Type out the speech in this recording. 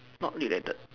not related